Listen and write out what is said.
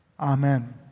Amen